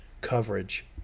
coverage